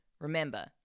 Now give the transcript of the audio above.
remember